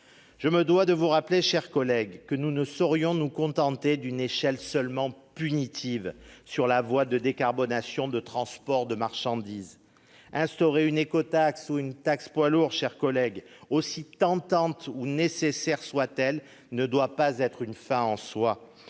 Je me dois de vous rappeler, mes chers collègues, que nous ne saurions nous contenter d'une échelle seulement punitive sur la voie de la décarbonation des transports de marchandises. Instaurer une écotaxe ou une taxe poids lourds, aussi tentant ou nécessaire que cela puisse paraître, ne doit pas être une fin en soi.